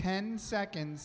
ten seconds